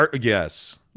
Yes